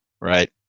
right